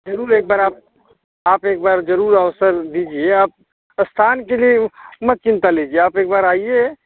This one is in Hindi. जरूर एक बार आप आप एक बार जरूर अवसर दीजिए आप प्रस्थान के लिए उ मत चिंता लीजिए आप एक बार आइए